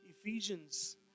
Ephesians